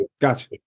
Gotcha